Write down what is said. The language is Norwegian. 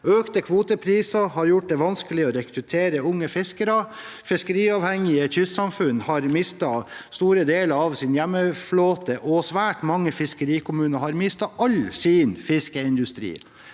Økte kvotepriser har gjort det vanskelig å rekruttere unge fiskere. Fiskeriavhengige kystsamfunn har mistet store deler av sin hjemmeflåte, og svært mange fiskerikommuner har mistet all sin fiskeindustri.